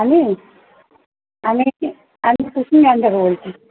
আমি আমি আমি থেকে বলছি